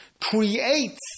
creates